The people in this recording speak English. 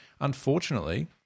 unfortunately